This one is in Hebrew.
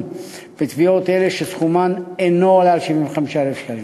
בתביעות אלו שסכומן אינו עולה על 75,000 שקלים.